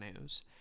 news